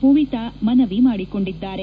ಪೂವಿತ ಮನವಿ ಮಾಡಿಕೊಂಡಿದ್ದಾರೆ